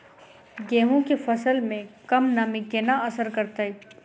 गेंहूँ केँ फसल मे कम नमी केना असर करतै?